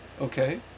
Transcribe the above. Okay